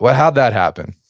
but how'd that happen?